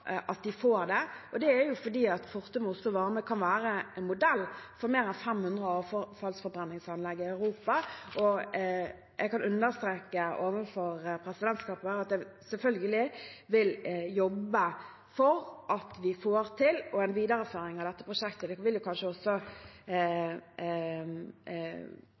at de får det. Det er fordi Fortum Oslo Varme kan være en modell for mer enn 500 avfallsforbrenningsanlegg i Europa. Jeg kan understreke overfor representanten at vi selvfølgelig vil jobbe for å få det til. En videreføring av dette prosjektet vil kanskje også kartlegge hvordan vi skal få til en ny søknad. Det vil